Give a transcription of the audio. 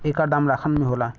एकर दाम लाखन में होला